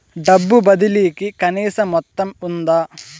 డబ్బు బదిలీ కి కనీస మొత్తం ఉందా?